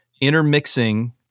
intermixing